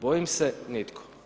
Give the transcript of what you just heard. Bojim se nitko.